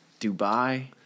Dubai